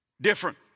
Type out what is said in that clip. different